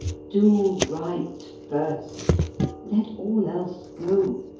do right first let all else go.